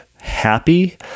happy